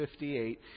58